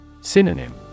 Synonym